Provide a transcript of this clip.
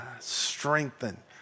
strengthen